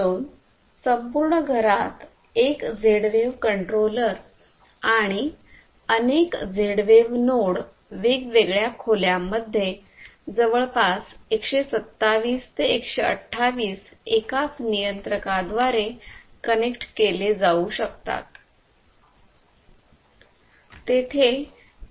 म्हणून संपूर्ण घरात एक झेड वेव्ह कंट्रोलर आणि अनेक झेड वेव्ह नोड वेगवेगळ्या खोल्यांमध्ये जवळपास 127 किंवा 128 एकाच नियंत्रक का द्वारे कनेक्ट केले जाऊ शकतात